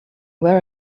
where